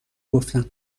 گفتم